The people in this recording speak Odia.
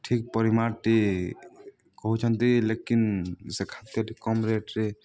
ଠିକ୍ ପରିମାଣଟି କହୁଛନ୍ତି ଲେକିନ୍ ସେ ଖାଦ୍ୟଟି କମ୍ ରେଟ୍ରେ